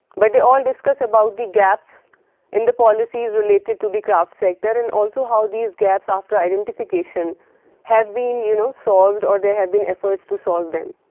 but they all discuss about the gaps in the policies related to the craft sector and also how these gaps after identification have been you know solved or they have been efforts to solve them,